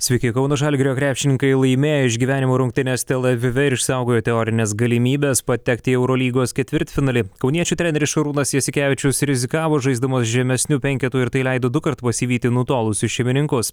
sveiki kauno žalgirio krepšininkai laimėjo išgyvenimo rungtynes tel avive ir išsaugojo teorines galimybes patekti į eurolygos ketvirtfinalį kauniečių treneris šarūnas jasikevičius rizikavo žaisdamas žemesniu penketu ir tai leido dukart pasivyti nutolusius šeimininkus